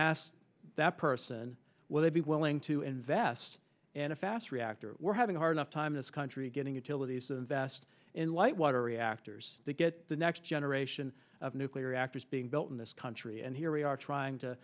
asked that person will they be willing to invest in a fast reactor we're having a hard enough time this country getting utilities invest in light water reactors to get the next generation of nuclear reactors being built in this country and here we are trying to